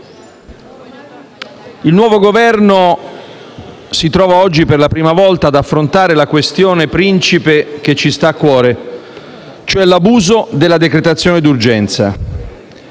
«Il nuovo Governo si trova oggi per la prima volta» «ad affrontare la questione principe che ci sta a cuore, cioè l'abuso della decretazione d'urgenza.